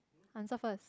answer first